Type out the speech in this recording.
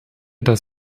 das